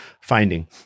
finding